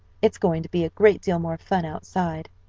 it's going to be a great deal more fun outside.